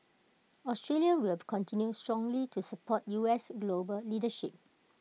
Australia will continue strongly to support U S global leadership